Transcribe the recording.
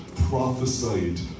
prophesied